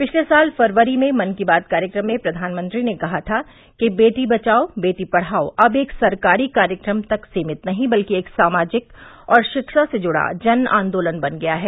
पिछले साल फरवरी में मन की बात कार्यक्रम में प्रधानमंत्री ने कहा था कि बेटी बचाओं बेटी पढ़ाओं अब एक सरकारी कार्यक्रम तक सीमित नहीं बल्कि एक सामाजिक और शिक्षा से जुड़ा जनआंदोलन बन गया है